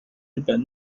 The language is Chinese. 日本